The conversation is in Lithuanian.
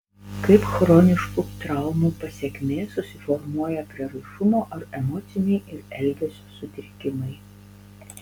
kaip chroniškų traumų pasekmė susiformuoja prieraišumo ar emociniai ir elgesio sutrikimai